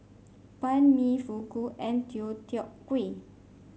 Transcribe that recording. Banh Mi Fugu and Deodeok Gui